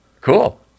Cool